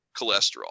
cholesterol